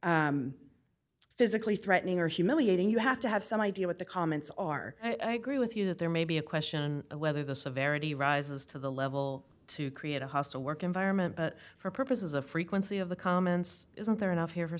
were physically threatening or humiliating you have to have some idea what the comments are i gree with you that there may be a question of whether the severity rises to the level to create a hostile work environment but for purposes of frequency of the comments isn't there enough here for